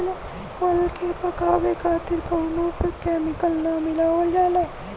फल के पकावे खातिर कउनो केमिकल ना मिलावल जाला